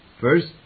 First